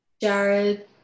Jared